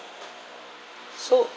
so